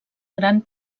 gran